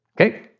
Okay